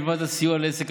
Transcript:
מלבד הסיוע לעסק,